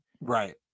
Right